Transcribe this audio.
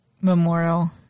memorial